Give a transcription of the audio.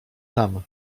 tam